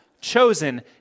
chosen